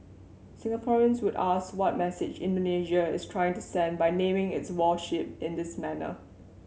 Singaporeans would ask what message Indonesia is trying to send by naming its warship in this manner